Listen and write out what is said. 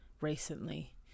recently